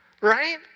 Right